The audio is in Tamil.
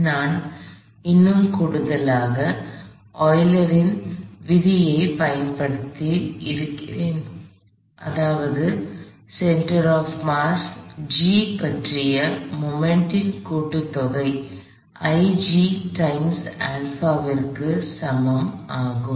இப்போது நான் இன்னும் கூடுதலாக ஆய்லரின் விதி ஐ Eulers law வைத்திருக்கிறேன் அதாவது சென்டர் ஆப் மாஸ் G பற்றிய மொமெண்ட் ன் கூட்டுத்தொகை டைம்ஸ் α க்கு சமம் ஆகும்